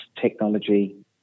technology